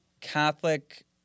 Catholic